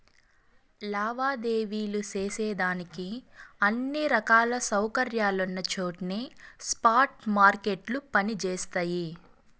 లావాదేవీలు సేసేదానికి అన్ని రకాల సౌకర్యాలున్నచోట్నే స్పాట్ మార్కెట్లు పని జేస్తయి